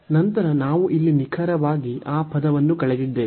ನಂತರ ನಾವು ಇಲ್ಲಿ ನಿಖರವಾಗಿ ಆ ಪದವನ್ನು ಕಳೆದಿದ್ದೇವೆ